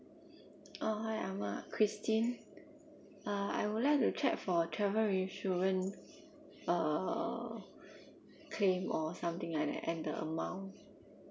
oh hi I'm uh christine uh I would like to check for travel insurance err claim or something like that and the amount